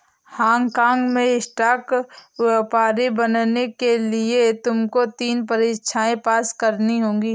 Hong काँग में stock व्यापारी बनने के लिए तुमको तीन परीक्षाएं पास करनी होंगी